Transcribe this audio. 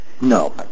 No